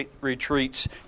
retreats